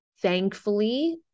thankfully